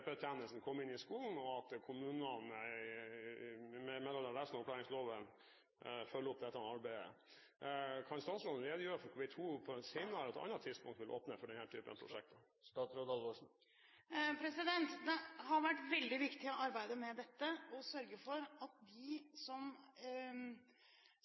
inn i skolen, og at kommunene i henhold til opplæringsloven følger opp dette arbeidet. Kan statsråden redegjøre for hvorvidt hun på et senere tidspunkt vil åpne for denne typen prosjekter? Det har vært veldig viktig i arbeidet med dette å sørge for at